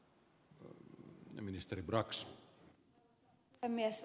arvoisa puhemies